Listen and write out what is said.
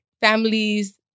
families